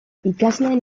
ikasleen